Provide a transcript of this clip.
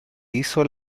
hizo